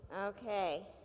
Okay